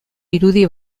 irudi